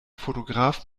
fotograf